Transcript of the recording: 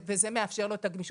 שמאפשרים לו את הגמישות.